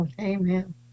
Amen